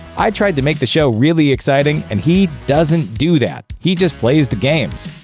i tried to make the show really exciting, and he doesn't do that. he just plays the games.